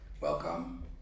Welcome